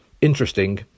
Interesting